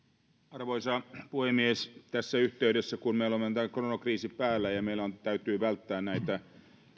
arvoisa puhemies tässä yhteydessä kun meillä on tämä koronakriisi päällä ja meidän täytyy välttää näitä